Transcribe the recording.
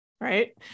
Right